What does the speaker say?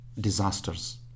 disasters